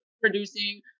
producing